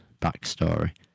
backstory